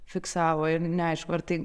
fiksavo ir neaišku ar tai